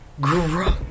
gross